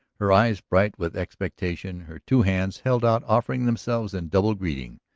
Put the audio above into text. her eyes bright with expectation, her two hands held out offering themselves in doubled greetings.